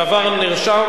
הדבר נרשם